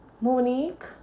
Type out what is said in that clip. Monique